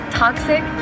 toxic